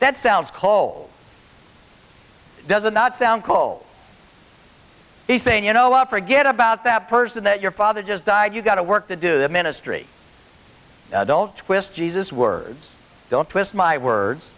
that sounds cold doesn't not sound cole he's saying you know a lot forget about that person that your father just died you got to work to do the ministry don't twist jesus words don't twist my words